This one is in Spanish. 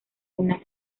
una